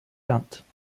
entfernt